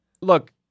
look